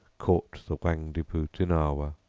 caught the whangdepootenawah!